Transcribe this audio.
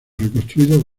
reconstruido